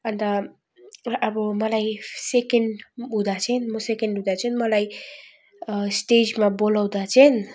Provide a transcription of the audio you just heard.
अन्त अब मलाई सेकेन्ड हुँदा चाहिँ म सकेन्ड हुँदै चाहिँ मलाई स्टेजमा बोलाउँदा चाहिँ